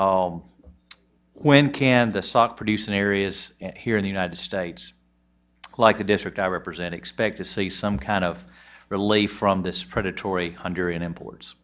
when can the sock producing areas here in the united states like the district i represent expect to see some kind of relay from this predatory hunter and imports